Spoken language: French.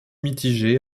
mitigée